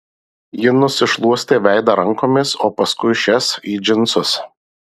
ji nusišluostė veidą rankomis o paskui šias į džinsus